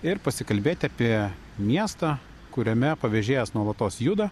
ir pasikalbėti apie miestą kuriame pavėžėjas nuolatos juda